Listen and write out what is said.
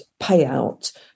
payout